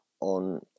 on